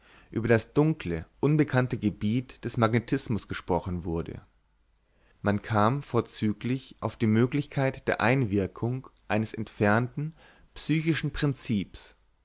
über das dunkle unbekannte gebiet des magnetismus gesprochen wurde man kam vorzüglich auf die möglichkeit der einwirkung eines entfernten psychischen prinzips